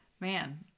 man